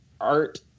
art